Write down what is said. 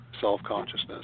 self-consciousness